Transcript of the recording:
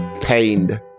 pained